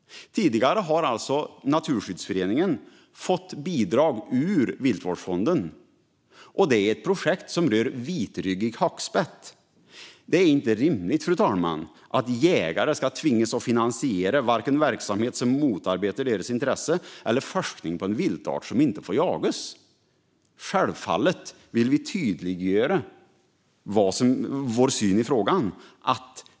Tidigare har Naturskyddsföreningen alltså fått bidrag ur Viltvårdsfonden för ett projekt som rör vitryggig hackspett. Det är inte rimligt att jägare ska tvingas finansiera en verksamhet som motarbetar deras intresse eller forskning om en viltart som inte jagas. Självfallet vill vi tydliggöra vår syn i frågan.